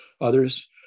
others